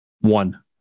One